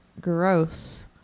Gross